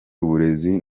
uburezi